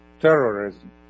terrorism